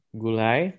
gulai